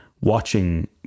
watching